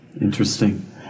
Interesting